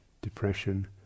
depression